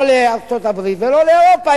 לא לארצות-הברית ולא לאירופה.